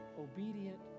obedient